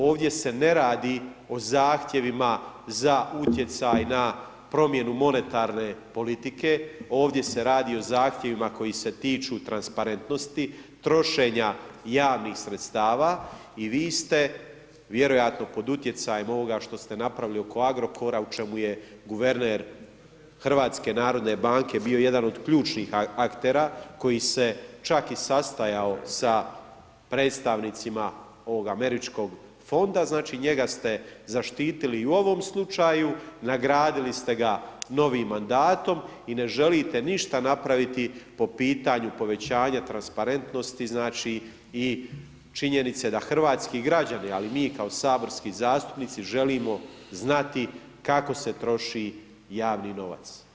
Ovdje se ne radi o zahtjevima za utjecaj na promjenu monetarne politike, ovdje se radi o zahtjevima koji se tiču transparentnosti, trošenja javnih sredstava i vi ste vjerojatno pod utjecajem ovoga što ste napravili oko Agrokora, u čemu je guverner HNB-a bio jedan od ključnih aktera koji se čak i sastajao sa predstavnicima ovog Američkog fonda, znači, njega ste zaštitili i u ovom slučaju, nagradili ste ga novim mandatom i ne želite ništa napraviti po pitanju povećanja transparentnosti, znači, i činjenice da hrvatski građani, ali i mi kao saborski zastupnici želimo znati kako se troši javni novac.